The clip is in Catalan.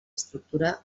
estructura